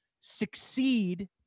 succeed